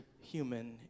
human